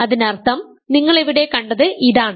അതിനർത്ഥം നിങ്ങൾ ഇവിടെ കണ്ടത് ഇതാണ്